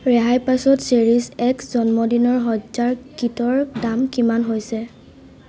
ৰেহাইৰ পাছত চেৰিছ এক্স জন্মদিনৰ সজ্জাৰ কিটৰ দাম কিমান হৈছে